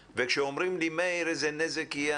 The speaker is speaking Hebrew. כשאומרים, מאיר, איזה נזק יהיה?